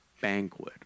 banquet